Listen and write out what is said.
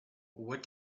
what